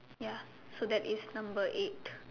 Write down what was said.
ya so that is number eight